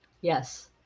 Yes